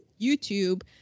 YouTube